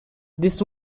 this